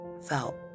felt